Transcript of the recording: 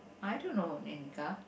I don't know any car